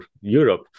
Europe